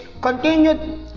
Continued